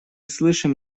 слышим